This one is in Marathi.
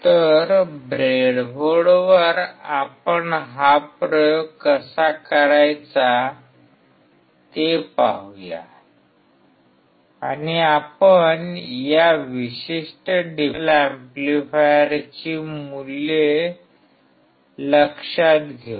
तर ब्रेडबोर्डवर आपण हा प्रयोग कसा करायचा ते पाहूया आणि आपण या विशिष्ट डिफरेंशियल एम्पलीफायरची मूल्ये लक्षात घेऊ